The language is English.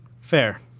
Fair